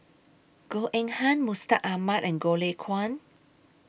Goh Eng Han Mustaq Ahmad and Goh Lay Kuan